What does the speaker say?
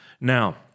Now